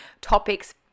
topics